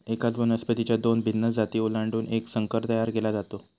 एकाच वनस्पतीच्या दोन भिन्न जाती ओलांडून एक संकर तयार केला जातो